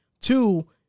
Two